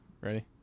Ready